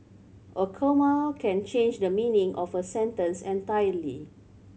a comma can change the meaning of a sentence entirely